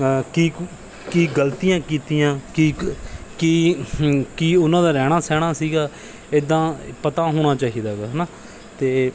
ਕੀ ਕ ਕੀ ਗਲਤੀਆਂ ਕੀਤੀਆਂ ਕੀ ਕ ਕੀ ਕੀ ਉਹਨਾਂ ਦਾ ਰਹਿਣਾ ਸਹਿਣਾ ਸੀਗਾ ਇੱਦਾਂ ਪਤਾ ਹੋਣਾ ਚਾਹੀਦਾ ਗਾ ਹੈ ਨਾ ਅਤੇ